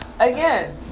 Again